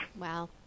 Wow